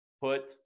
Put